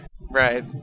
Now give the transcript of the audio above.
right